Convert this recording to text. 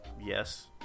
yes